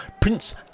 Prince